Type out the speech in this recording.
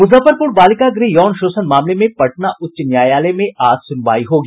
मुजफ्फरपुर बालिका गृह यौन शोषण मामले में पटना उच्च न्यायालय में आज सुनवाई होगी